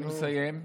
אני מסיים,